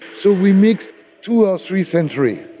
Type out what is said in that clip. so we mixed two or three centuries.